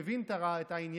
הבין את העניין,